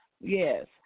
Yes